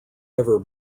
ever